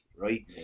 right